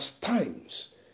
times